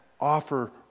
offer